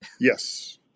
Yes